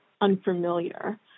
unfamiliar